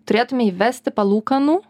turėtume įvesti palūkanų